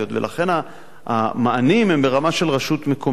ולכן המענים הם ברמה של רשות מקומית.